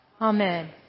Amen